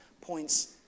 points